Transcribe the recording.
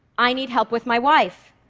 i need help with my wife.